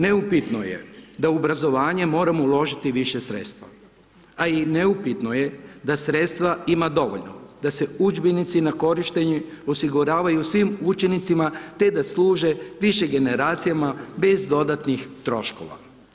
Neupitno je da u obrazovanje moramo uložiti više sredstva, a i neupitno je da sredstva ima dovoljno, da se udžbenici na korištenje osiguravaju svim učenicima, te da služe više generacijama bez dodatnih troškova.